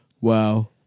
Wow